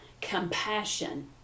compassion